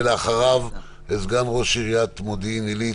ואחריו סגן ראש עיריית מודיעין עילית,